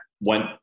went